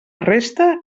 resta